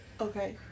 Okay